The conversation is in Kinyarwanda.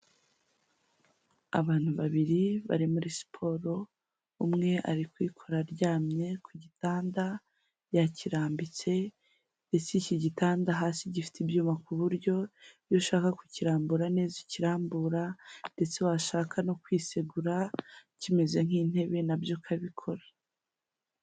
Abantu babiri bari muri siporo umwe ari kwikora aryamye ku gitanda; yakirambitse ndetse iki gitanda hasi gifite ibyuma ku buryo iyo ushaka kukirambura neza ikirambura ndetse washaka no kwisegura kimeze nk'intebe nabyo ukabikora.